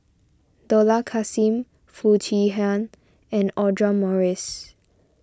Dollah Kassim Foo Chee Han and Audra Morrice